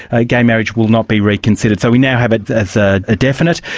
ah gay marriage will not be reconsidered. so we now have it as a definite.